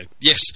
Yes